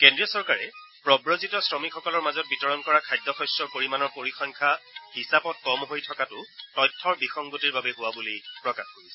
কেন্দ্ৰীয় চৰকাৰে প্ৰৱজিত শ্ৰমিকসকলৰ মাজত বিতৰণ কৰা খাদ্যশস্যৰ পৰিমাণৰ পৰিসংখ্যা হিচাপত কম হৈ থকাটো তথ্যৰ বিসংগতিৰ বাবে হোৱা বুলি প্ৰকাশ কৰিছে